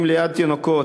ליד תינוקות,